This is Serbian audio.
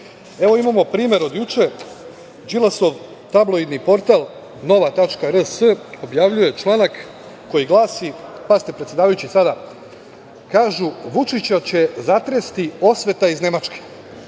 rukom. Imamo primer od juče, Đilasov tabloidni portal „Nova.rs“ objavljuje članak koji glasi, pazite predsedavajući sada, kažu – Vučića će zatresti osveta iz Nemačke,